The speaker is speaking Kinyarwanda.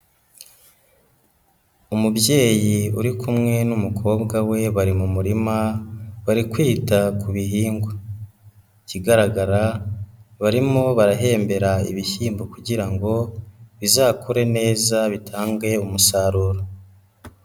Umubyeyi uri kumwe n'umukobwa we bari mu murima bari kwita ku bihingwa, ikigaragara barimo barahembera ibishyimbo kugira ngo bizakure neza bitange umusaruro.